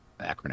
acronym